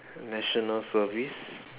national service